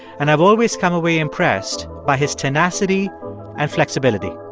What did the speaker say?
and i've always come away impressed by his tenacity and flexibility.